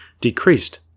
decreased